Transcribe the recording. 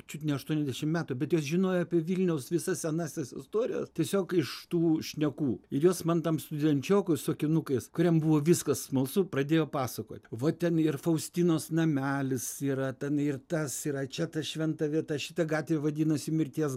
čiut ne aštuoniasdešim metų bet jos žinojo apie vilniaus visas senąsias istorijas tiesiog iš tų šnekų ir jos man tam studenčiokui su akinukais kuriam buvo viskas smalsu pradėjo pasakot va ten ir faustinos namelis yra ten ir tas yra čia ta šventa vieta šita gatvė vadinosi mirties